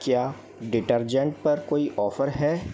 क्या डिटर्जेंट पर कोई ऑफर है